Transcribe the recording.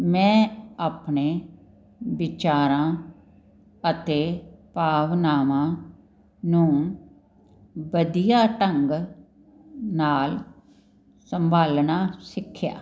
ਮੈਂ ਆਪਣੇ ਵਿਚਾਰਾਂ ਅਤੇ ਭਾਵਨਾਵਾਂ ਨੂੰ ਵਧੀਆ ਢੰਗ ਨਾਲ ਸੰਭਾਲਣਾ ਸਿੱਖਿਆ